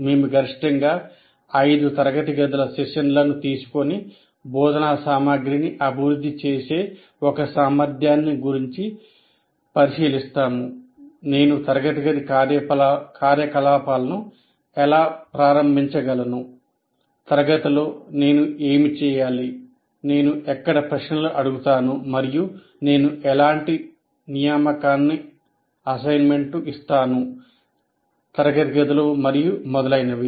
మేము గరిష్టంగా 5 తరగతి గదుల సెషన్లను తీసుకొని బోధనా సామగ్రిని అభివృద్ధి చేసే ఒక సామర్థ్యాన్ని గురించి పరిశీలిస్తాము నేను తరగతి గది కార్యకలాపాలను ఎలా ప్రారంభించగలను తరగతిలో నేను ఏమి చేయాలి నేను ఎక్కడ ప్రశ్నలు అడుగుతాను మరియు నేను ఎలాంటి నియామకాన్ని ఇస్తాను తరగతి గదిలో మరియు మొదలైనవి